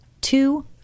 two